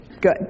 good